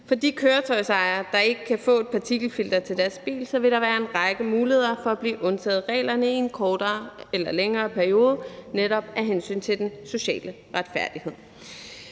For de køretøjsejere, der ikke kan få et partikelfilter til deres bil, vil der være en række muligheder for at blive undtaget fra reglerne i en kortere eller længere periode netop af hensyn til den sociale retfærdighed.